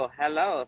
hello